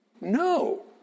No